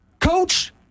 Coach